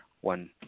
one